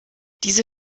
diese